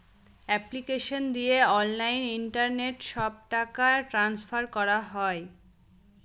application দিয়ে online internet সব টাকা ট্রান্সফার করা হয়